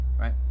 right